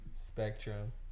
spectrum